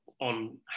on